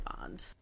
bond